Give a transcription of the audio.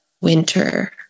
winter